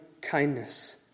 kindness